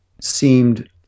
seemed